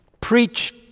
preach